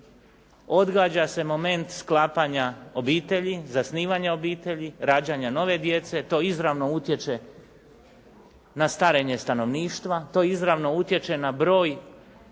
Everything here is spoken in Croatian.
odgađa se moment sklapanja obitelji, zasnivanja obitelji, rađanja nove djece, to izravno utječe na starenje stanovništva, to izravno utječe na broj